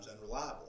unreliable